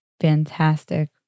fantastic